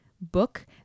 book